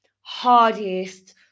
hardest